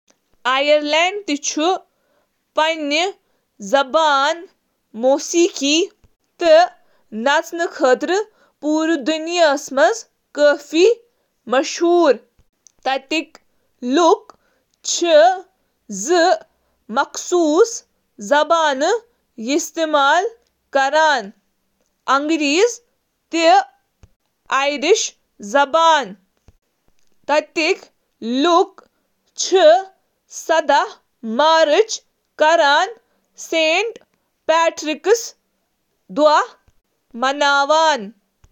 Ireland کس ثقافتس منٛز چُھ آئرلینڈ تہٕ آئرش لوکن سۭتۍ وابستہ فن، موسیقی، رقص، لوک داستان، روایتی لباس، زبان، ادب، کھین تہٕ کھیل شٲمل۔ پننہٕ زیادٕ تر ریکارڈ شدہ تٲریخس منٛز، ملکچ ثقافت چِھ بنیأدی طور پأنٹھ گیلک رودمژ ,وچھو گیلک آئرلینڈ ۔ مضبوط خاندٲنی اقدار، عقل تہٕ روایتچ تعریف چِھ عام طورس پیٹھ آئرش ثقافتس سۭتۍ وابستہٕ۔